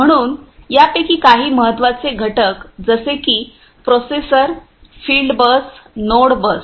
म्हणून यापैकी काही महत्त्वाचे घटक जसे की प्रोसेसर फील्ड बस नोड बस